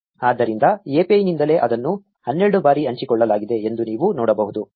ಆದ್ದರಿಂದ API ನಿಂದಲೇ ಅದನ್ನು 12 ಬಾರಿ ಹಂಚಿಕೊಳ್ಳಲಾಗಿದೆ ಎಂದು ನೀವು ನೋಡಬಹುದು